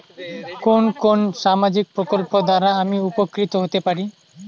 কোন কোন সামাজিক প্রকল্প দ্বারা আমি উপকৃত হতে পারি?